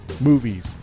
Movies